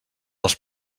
els